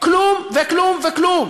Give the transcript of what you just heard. כלום וכלום וכלום.